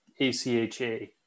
ACHA